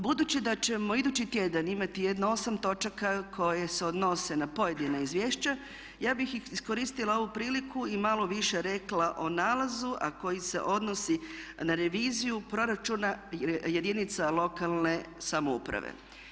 Budući da ćemo idući tjedan imati jedno 8 točaka koje se odnose na pojedina izvješća ja bih iskoristila ovu priliku i malo više rekla o nalazu a koji se odnosi na reviziju proračuna jedinica lokalne samouprave.